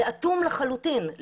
זה אטום לחלוטין,